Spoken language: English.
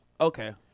Okay